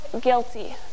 guilty